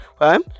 right